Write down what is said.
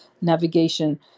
navigation